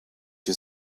que